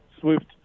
SWIFT